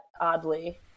oddly